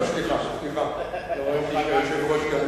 סליחה, אדוני היושב-ראש.